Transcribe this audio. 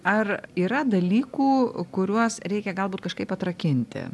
ar yra dalykų kuriuos reikia galbūt kažkaip atrakinti